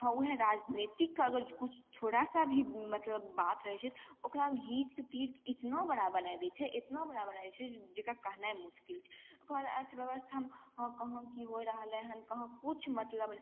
हँ वएह राजनीतिक अगर किछु थोड़ा सा भी मतलब बात रहय छै ओकरा घीचके तीरके इतना बड़ा बनाय दै छै इतना बड़ा बनाय दै छै जकरा कहनाइ मश्किल छै ओकरबाद अर्थव्यवस्थामे हँ कहाँ की होइ रहलय हन कहाँ किछु मतलब